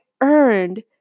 earned